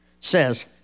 says